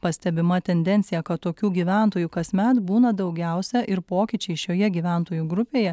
pastebima tendencija kad tokių gyventojų kasmet būna daugiausia ir pokyčiai šioje gyventojų grupėje